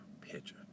picture